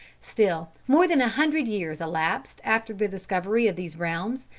still more than a hundred years elapsed after the discovery of these realms,